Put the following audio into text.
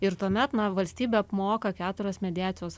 ir tuomet na valstybė apmoka keturias mediacijos